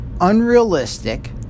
unrealistic